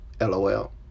LOL